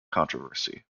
controversy